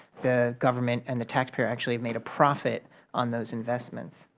the government and the taxpayer actually have made a profit on those investments.